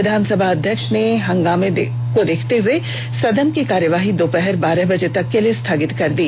विधानसभा अध्यक्ष ने हंगामा को देखते हुये सदन की कार्यवाही दोपहर बारह बजे तक के लिए स्थगित कर दी